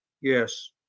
Yes